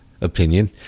opinion